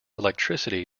electricity